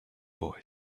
boy